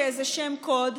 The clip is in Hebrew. כאיזה שם קוד,